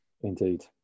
Indeed